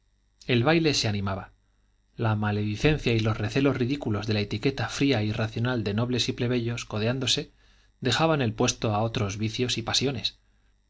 el baile se animaba la maledicencia y los recelos ridículos de la etiqueta fría e irracional de nobles y plebeyos codeándose dejaban el puesto a otros vicios y pasiones